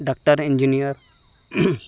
doctor engineer